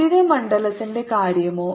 വൈദ്യുത മണ്ഡലത്തിന്റെ കാര്യമോ